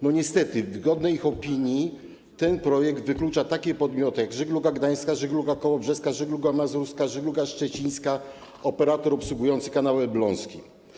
No niestety, w ich zgodnej opinii ten projekt wyklucza takie podmioty, jak Żegluga Gdańska, żegluga kołobrzeska, Żegluga Mazurska, żegluga szczecińska, operator obsługujący Kanał Elbląski.